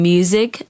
Music